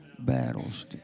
battles